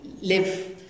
live